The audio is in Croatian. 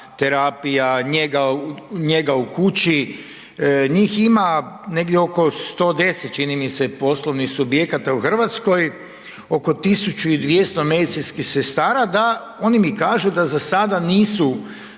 terapija, njega u kući, njih ima negdje oko 110 poslovnih subjekata u Hrvatskoj, oko 1.200 medicinskih sestara da, oni mi kažu da za sada nisu